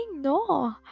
no